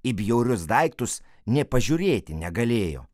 į bjaurius daiktus nė pažiūrėti negalėjo